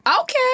Okay